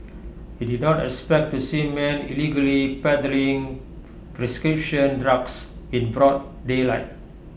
he did not expect to see men illegally peddling prescription drugs in broad daylight